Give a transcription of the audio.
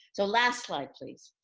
so last slide please.